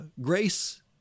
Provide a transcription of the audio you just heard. grace